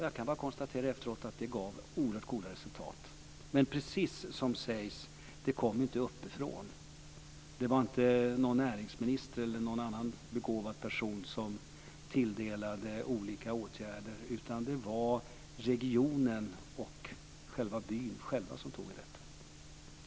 Jag kan bara konstatera efteråt att det gav oerhört goda resultat. Men precis som sägs så kom det inte uppifrån. Det var inte någon näringsminister eller någon annan begåvad person som tilldelade olika åtgärder, utan det var regionen och själva byn som själva tog tag i detta.